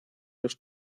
los